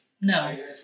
no